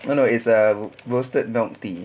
no no it's a roasted milk tea